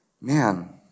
Man